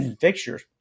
fixtures